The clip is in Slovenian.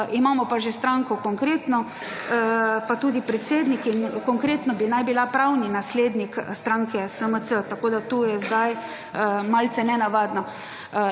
imamo pa že stranko Konkretno, pa tudi predsednik in Konkretno bi naj bila pravni naslednik stranke SMC. Tako, da tu je zdaj malce nenavadno.